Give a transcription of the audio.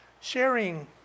sharing